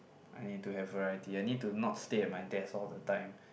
I need to have variety I need to not stay at my desk all the time